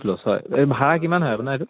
হয় এই ভাড়া কিমান হয় আপোনাৰ এইটো